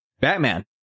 Batman